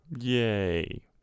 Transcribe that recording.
Yay